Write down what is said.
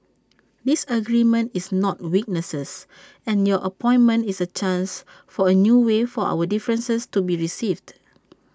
disagreement is not weaknesses and your appointment is A chance for A new way for our differences to be received